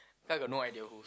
cause I got no idea who